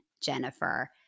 Jennifer